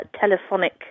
telephonic